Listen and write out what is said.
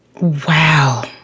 Wow